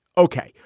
ok.